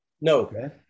No